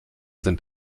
sind